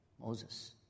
Moses